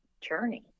journey